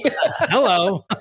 Hello